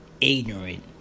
ignorant